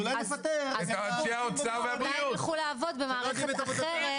אז הם אולי יילכו לעבוד במערכת אחרת.